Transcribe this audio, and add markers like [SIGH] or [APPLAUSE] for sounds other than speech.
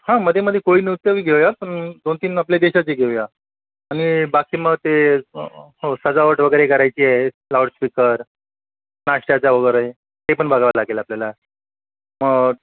हां मध्येमध्ये कोळी नृत्यबी घेऊ या पण दोनतीन आपल्या देशाचे घेऊ या आणि बाकी मग ते सजावट वगैरे करायची आहे लाउडस्पीकर नाष्ट्याचं वगैरे ते पण बघावं लागेल आपल्याला [UNINTELLIGIBLE]